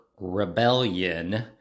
rebellion